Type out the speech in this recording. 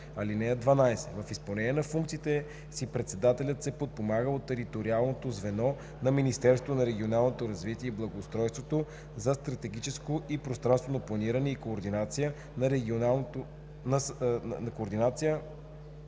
решения. (12) В изпълнение на функциите си председателят се подпомага от териториалното звено на Министерството на регионалното развитие и благоустройството за стратегическо и пространствено планиране и координация на регионалното развитие